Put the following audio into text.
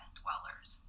dwellers